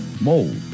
mold